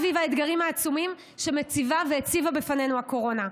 סביב האתגרים העצומים שמציבה והציבה בפנינו הקורונה.